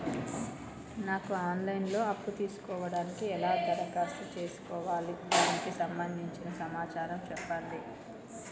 నాకు online లో అప్పు తీసుకోవడానికి ఎలా దరఖాస్తు చేసుకోవాలి దానికి సంబంధించిన సమాచారం చెప్పండి?